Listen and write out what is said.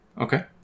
Okay